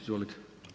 Izvolite.